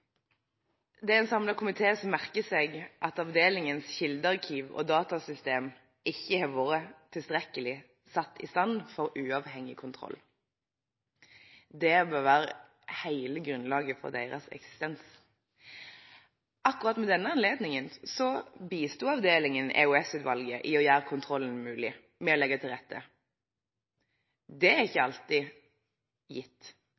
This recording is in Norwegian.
Det er en samlet komité som merker seg at avdelingens kildearkiv og datasystem ikke har vært tilstrekkelig satt i stand for uavhengig kontroll. Det bør være hele grunnlaget for deres eksistens. Ved akkurat denne anledningen bistod avdelingen EOS-utvalget i å gjøre kontrollen mulig ved å legge til rette for det. Det er ikke alltid gitt,